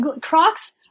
Crocs